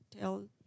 tell